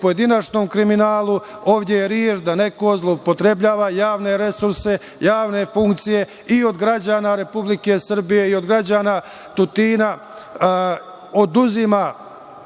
pojedinačnom kriminalu, ovde je reč da neko zloupotrebljava javne resurse, javne funkcije i od građana Republike Srbije i od građana Tutina